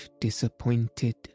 disappointed